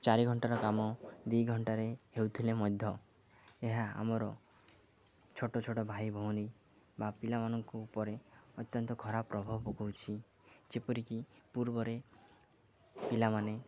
ଚାରି ଘଣ୍ଟାର କାମ ଦୁଇ ଘଣ୍ଟାରେ ହେଉଥିଲେ ମଧ୍ୟ ଏହା ଆମର ଛୋଟ ଛୋଟ ଭାଇ ଭଉଣୀ ବା ପିଲାମାନଙ୍କ ଉପରେ ଅତ୍ୟନ୍ତ ଖରାପ ପ୍ରଭାବ ପକାଉଛି ଯେପରିକି ପୂର୍ବରେ ପିଲାମାନେ